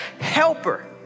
helper